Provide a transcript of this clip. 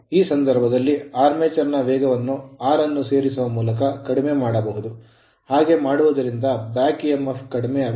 ಈ ಸಂದರ್ಭದಲ್ಲಿ armature armature ನ ವೇಗವನ್ನು R ಅನ್ನು ಸೇರಿಸುವ ಮೂಲಕ ಕಡಿಮೆ ಮಾಡಬಹುದು ಹಾಗೆ ಮಾಡುವುದರಿಂದ back emf ಹಿಂಭಾಗದ ಎಮ್ಫ್ ಕಡಿಮೆಯಾಗುತ್ತದೆ